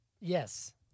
Yes